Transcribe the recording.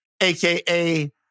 AKA